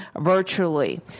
virtually